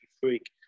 freak